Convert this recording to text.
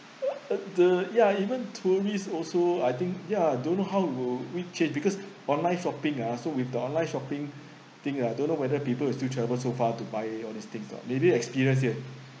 the ya even tourists also I think ya don't know how will react because online shopping ah so with the online shopping thing ah don't know whether people is still travel so far to buy all this things oo maybe experience yet